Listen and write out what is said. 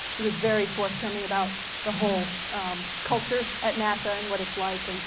he was very forthcoming about the whole culture at nasa and what it's like. and